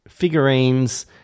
figurines